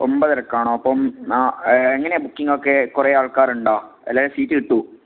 ഒമ്പതരക്കാണോ അപ്പം ന എങ്ങനെയാ ബുക്കിങ്ങൊക്കെ കുറേ ആൾക്കാരുണ്ടോ അല്ലെ സീറ്റ് കിട്ടുവോ